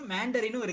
Mandarin